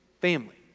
family